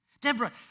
Deborah